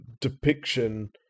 depiction